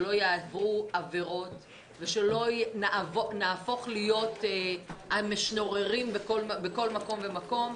שלא יעברו עבירות ושלא נהפוך להיות משנוררים בכל מקום ומקום,